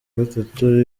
gatatu